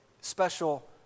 special